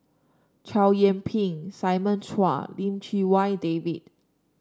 Chow Yian Ping Simon Chua Lim Chee Wai David